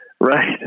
Right